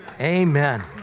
amen